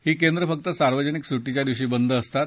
ही केंद्र फक्त सार्वजनिक सुट्टीच्या दिवशी बंद असतात